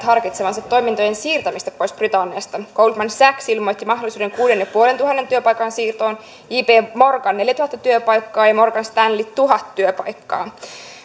harkitsevansa toimintojen siirtämistä pois britanniasta goldman sachs ilmoitti mahdollisuuden kuudentuhannenviidensadan työpaikan siirtoon j p morgan neljätuhatta työpaikkaa ja morgan stanley tuhat työpaikkaa